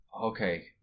Okay